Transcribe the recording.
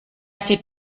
sieht